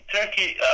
Turkey